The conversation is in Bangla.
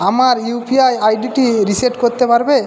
আমার ইউপিআই আইডিটি রিসেট করতে পারবে